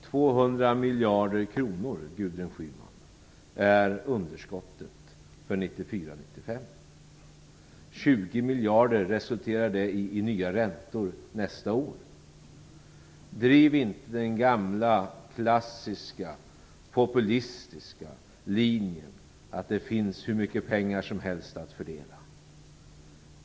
200 miljarder kronor, Gudrun Schyman, är underskottet för 1994/95. 20 miljarder i nya räntor resulterar det i nästa år. Driv inte den gamla klassiska populistiska linjen att det finns hur mycket pengar som helst att fördela!